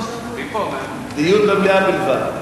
דיון במליאה בלבד.